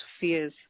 fears